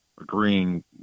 agreeing